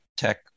tech